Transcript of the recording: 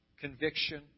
conviction